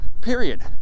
period